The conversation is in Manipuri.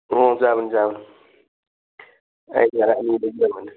ꯎꯝ ꯆꯥꯕꯅꯤ ꯆꯥꯕꯅꯤ